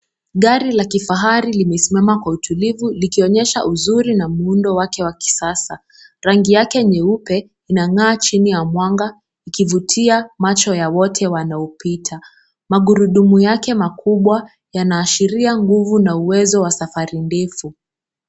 Gari la kifahari limesimama ka utulivu likionyesha uzuri na muundo wake wa kisasa. Rangi yake nyeupe inang'aa chini ya mwanga, ikivutia macho ya wote wanaopita. Magurudumu yake makubwa yanaashiria nguvu na uwezo wa safari ndefu.